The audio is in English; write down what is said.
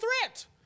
threat